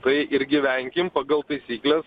tai ir gyvenkim pagal taisykles